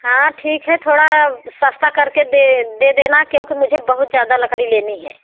हाँ ठीक है थोड़ा अब सस्ता करके दे दे देना क्योंकि मुझे बहुत ज़्यादा लकड़ी लेनी है